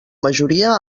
majoria